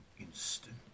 instant